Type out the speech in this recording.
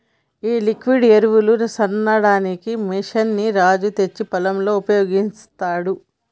ఈ లిక్విడ్ ఎరువులు సల్లడానికి మెషిన్ ని రాజు తెచ్చి పొలంలో ఉపయోగిస్తాండు